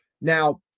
Now